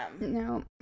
No